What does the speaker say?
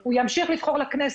הוא ימשיך לבחור לכנסת.